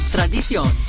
Tradición